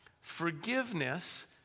forgiveness